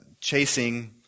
chasing